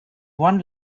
one